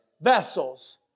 vessels